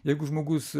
jeigu žmogus